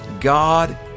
God